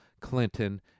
Clinton